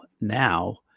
now